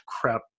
crap